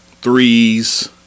threes